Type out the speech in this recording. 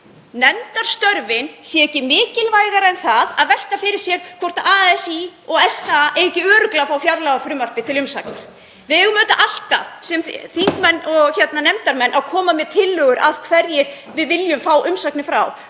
nefndarstörfin séu ekki mikilvægari en það að velta fyrir sér hvort ASÍ og SA eigi ekki örugglega að fá fjárlagafrumvarpið til umsagnar. Við eigum auðvitað alltaf sem þingmenn og nefndarmenn að koma með tillögur að því frá hverjum við viljum fá umsagnir.